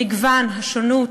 המגוון, השונות.